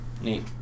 Neat